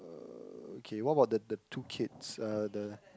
uh okay what about the the two kids uh the